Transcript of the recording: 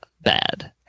bad